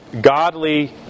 godly